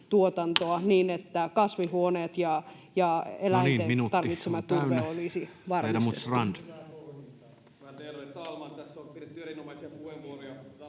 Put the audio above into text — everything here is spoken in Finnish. niin, että kasvihuoneiden ja eläinten tarvitsema turve olisi varmistettu.